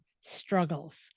struggles